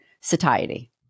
satiety